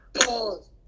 pause